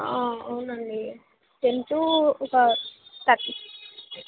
అవునండి ten to ఒక thirty